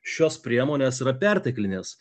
šios priemonės yra perteklinės